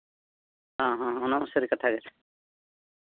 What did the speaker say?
ᱦᱮᱸ ᱦᱮᱸ ᱚᱱᱟᱫᱚ ᱥᱟᱹᱨᱤ ᱠᱟᱛᱷᱟ ᱜᱮ